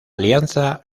alianza